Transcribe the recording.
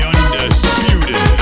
Undisputed